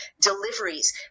deliveries